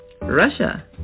Russia